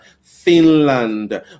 Finland